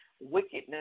wickedness